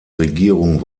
regierung